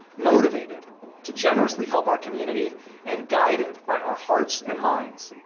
motivated to generously help our community and guided by our hearts and minds,